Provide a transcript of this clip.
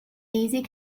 easy